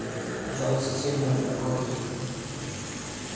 জল সেচের মূল লক্ষ্য কী?